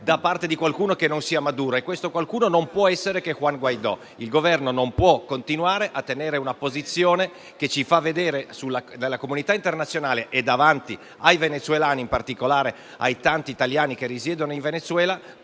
da parte di qualcuno che non sia Maduro. E questo qualcuno non può che essere Juan Guaidó. Il Governo non può continuare a tenere una posizione che davanti alla comunità internazionale e ai venezuelani, in particolare ai tanti italiani che risiedono in Venezuela,